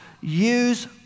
use